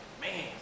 man